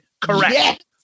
correct